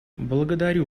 благодарю